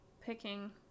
picking